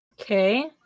Okay